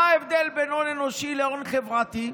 מה ההבדל בין הון אנושי להון חברתי?